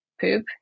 poop